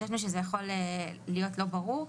חשבנו שזה יכול להיות לא ברור.